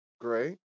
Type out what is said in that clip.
Great